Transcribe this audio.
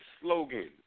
slogan